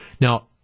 Now